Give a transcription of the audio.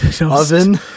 oven